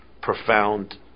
profound